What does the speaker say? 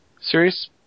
Serious